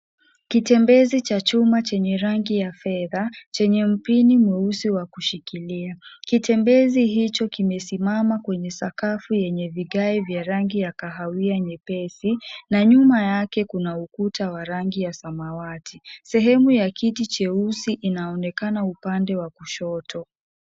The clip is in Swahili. Kitembezi cha chuma chenye rangi ya fedha chenye mpini mweusi wa kushikilia. Kitembezi hicho kimesimama kwenye sakafu yenye vigae vya rangi ya kahawia nyepesi na nyuma yake kuna ukuta wa rangi ya samawati. Sehemu ya kiti cheusi inaonekana upande wa kushoto.